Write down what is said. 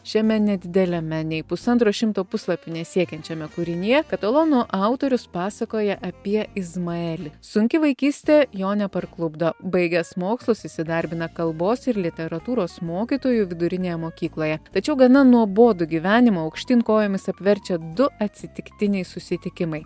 šiame nedideliame nei pusantro šimto puslapių nesiekiančiame kūrinyje katalonų autorius pasakoja apie izmaelį sunki vaikystė jo neparklupdo baigęs mokslus įsidarbina kalbos ir literatūros mokytoju vidurinėje mokykloje tačiau gana nuobodų gyvenimą aukštyn kojomis apverčia du atsitiktiniai susitikimai